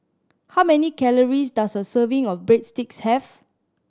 how many calories does a serving of Breadsticks have